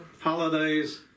holidays